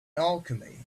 alchemy